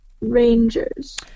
Rangers